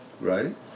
right